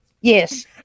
Yes